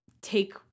take